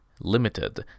Limited